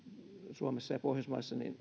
suomessa ja pohjoismaissa